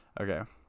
Okay